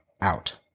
out